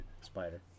Spider